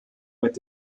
mit